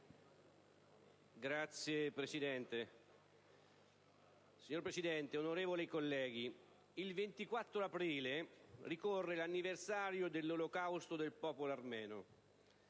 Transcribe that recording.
*(PdL)*. Signor Presidente, onorevoli colleghi, il 24 aprile ricorre l'anniversario dell'olocausto del popolo armeno,